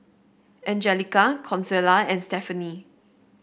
Angelica Consuela and Stephanie